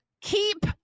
keep